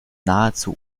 nahezu